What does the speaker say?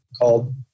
called